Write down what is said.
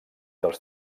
dels